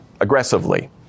aggressively